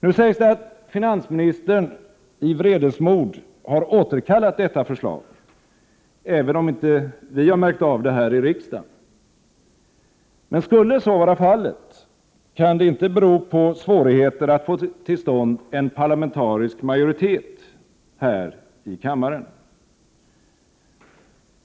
Nu sägs det att finansministern i vredesmod har återkallat detta förslag, även om vi inte har märkt av det här i riksdagen. Men skulle så vara fallet, kan det inte bero på svårigheter att få till stånd en parlamentarisk majoritet här i kammaren.